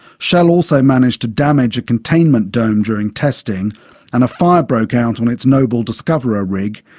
shell also managed to damage a containment dome during testing and a fire broke out on its noble discoverer rig,